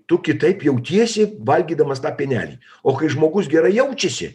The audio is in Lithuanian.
tu kitaip jautiesi valgydamas tą pienelį o kai žmogus gerai jaučiasi